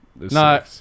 No